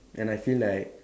and I feel like